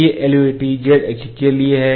ये LVDT z अक्ष के लिए है